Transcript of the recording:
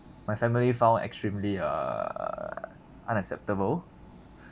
my family found extremely err unacceptable